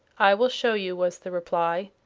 i will show you, was the reply.